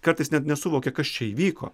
kartais net nesuvokė kas čia įvyko